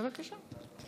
בבקשה.